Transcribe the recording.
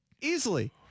easily